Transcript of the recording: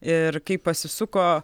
ir kaip pasisuko